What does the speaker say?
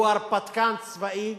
שהוא הרפתקן צבאי,